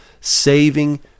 saving